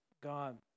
God